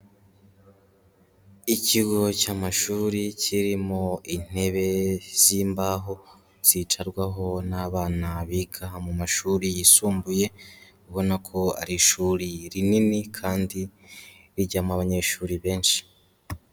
Ikigo cy'amashuri kirimo intebe z'imbaho zicarwaho n'abana biga mu mashuri yisumbuye ubona ko ari ishuri rinini kandi rijyamo abanyeshuri benshi.